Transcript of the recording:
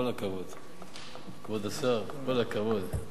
כבוד השר, כל הכבוד.